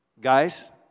guys